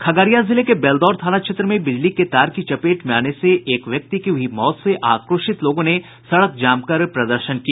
खगड़िया जिले के बेलदौर थाना क्षेत्र में बिजली के तार की चपेट में आने से एक व्यक्ति की हुई मौत से आक्रोशित लोगों ने सड़क जाम कर प्रदर्शन किया